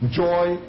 joy